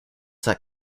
that